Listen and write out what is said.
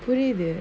put it in